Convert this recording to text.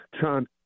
John